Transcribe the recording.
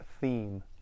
Theme